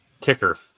kicker